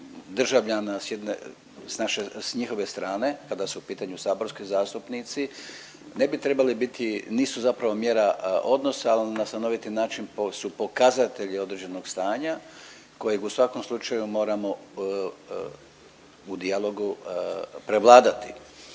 državljana sa njihove strane kada su u pitanju saborski zastupnici ne bi trebali biti, nisu zapravo mjera odnosa ali na stanoviti način su pokazatelji određenog stanja kojeg u svakom slučaju moramo u dijalogu prevladati.